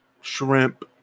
shrimp